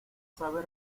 sabe